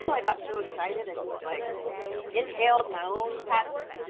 so i got so excited i just like inhaled my own passion.